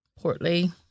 portly